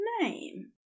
name